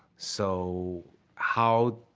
so how.